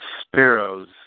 sparrows